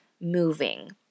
moving